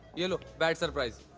you know bad surprise.